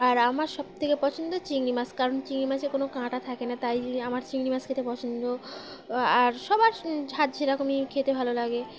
আর আমার সবথেকে পছন্দ চিংড়ি মাছ কারণ চিংড়ি মাছের কোনো কাঁটা থাকে না তাই আমার চিংড়ি মাছ খেতে পছন্দ আর সবার যার যেরকমই খেতে ভালো লাগে